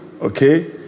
Okay